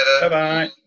Bye-bye